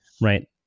right